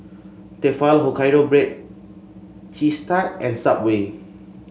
Tefal Hokkaido Baked Cheese Tart and Subway